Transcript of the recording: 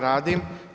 radim.